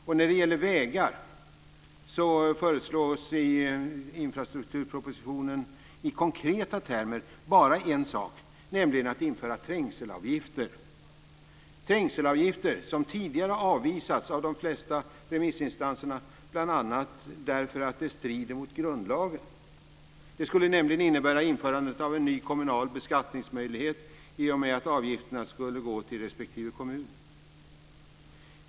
Och när det gäller vägar föreslås i infrastrukturpropositionen i konkreta termer bara en sak, nämligen att man ska införa trängselavgifter. Trängselavgifter har tidigare avvisats av de flesta remissinstanserna bl.a. därför att de strider mot grundlagen. Det skulle nämligen innebära införandet av en ny kommunal beskattningsmöjlighet, i och med att avgifterna skulle gå till respektive kommun.